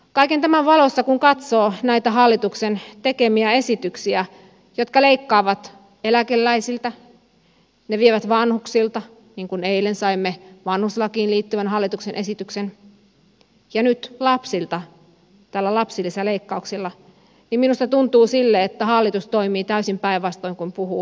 kaiken tämän valossa kun katsoo näitä hallituksen tekemiä esityksiä jotka leikkaavat eläkeläisiltä vievät vanhuksilta niin kuin eilen saimme vanhuslakiin liittyvän hallituksen esityksen ja nyt lapsilta tällä lapsilisäleikkauksella niin minusta tuntuu siltä että hallitus toimii täysin päinvastoin kuin puhuu